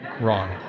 wrong